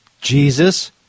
Jesus